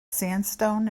sandstone